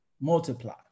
multiply